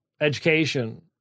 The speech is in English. education